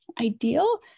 ideal